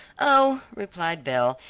oh, replied belle,